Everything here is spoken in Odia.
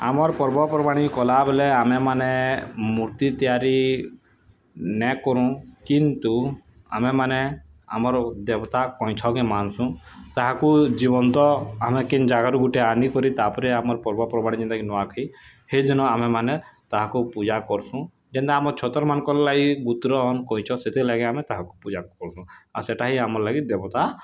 ଆମର୍ ପର୍ବପର୍ବାଣୀ କଲା ବେଲେ ଆମେ ମାନେ ମୂର୍ତ୍ତି ତିଆରି ନେ କରୁଁ କିନ୍ତୁ ଆମେମାନେ ଆମର୍ ଦେବତା କଇଁଛକେ ମାନ୍ସୁଁ ତାହାକୁ ଜୀବନ୍ତ ଆମେ କେନ୍ ଜାଗାରୁ ଗୁଟେ ଆନିକରି ତାପରେ ଆମର୍ ପର୍ବପର୍ବାଣୀ ଯେନ୍ତା କି ନୂଆଁଖାଇ ହେଦିନ ଆମେମାନେ ତାହାକୁଁ ପୂଜା କରସୁଁ ଯେନ୍ତା ଆମର୍ ଛତର୍ ମାନଙ୍କର୍ ଲାଗି ଗୁତ୍ର ଅଁନ୍ କଇଁଛ ସେଥିର୍ଲାଗି ଆମେ ତାହାଙ୍କୁ ପୂଜା କରସୁଁ ଆର୍ ସେଟା ହିଁ ଆମର୍ ଲାଗି ଦେବତା